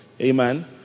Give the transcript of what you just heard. Amen